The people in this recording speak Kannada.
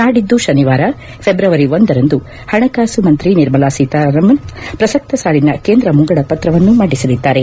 ನಾಡಿದ್ದು ಶನಿವಾರ ಫೆಬ್ರವರಿ ಒಂದರಂದು ಹಣಕಾಸು ಮಂತ್ರಿ ನಿರ್ಮಲಾ ಸೀತಾರಾಮನ್ ಪ್ರಸಕ್ತ ಸಾಲಿನ ಕೇಂದ್ರ ಮುಂಗಡಪತ್ರವನ್ನು ಮಂದಿಸಲಿದ್ದಾರೆ